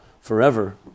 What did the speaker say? forever